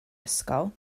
ysgol